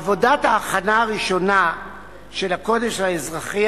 עבודת ההכנה הראשונה של הקודקס האזרחי